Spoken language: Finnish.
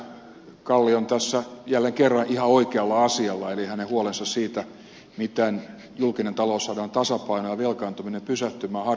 kallis on tässä jälleen kerran ihan oikealla asialla eli hänen huolensa siitä miten julkinen talous saadaan tasapainoon ja velkaantuminen pysähtymään on harvinaisen oikea